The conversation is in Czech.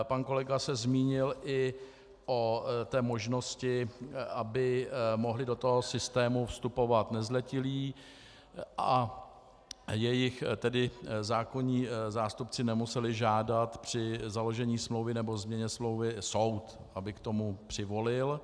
Pan kolega se zmínil i o možnosti, aby mohli do systému vstupovat nezletilí a jejich zákonní zástupci nemuseli žádat při založení smlouvy nebo změně smlouvy soud, aby k tomu přivolil.